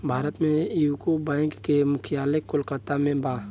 भारत में UCO bank के मुख्यालय कोलकाता में बा